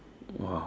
!wow!